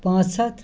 پانٛژھ ہَتھ